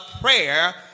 prayer